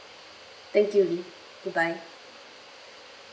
thank you lily bye bye